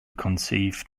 conceived